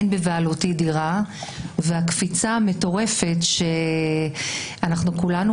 אין בבעלותי דירה והקפיצה המטורפת בשכירות שכולנו